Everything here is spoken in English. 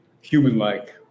human-like